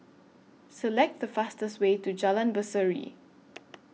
Select The fastest Way to Jalan Berseri